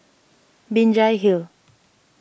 Binjai Hill